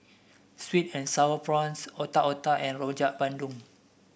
sweet and sour prawns Otak Otak and Rojak Bandung